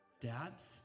Dads